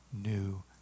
new